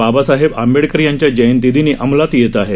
बाबासाहेब आंबेडकर यांच्या जयंतीदिनी अंमलात येत आहे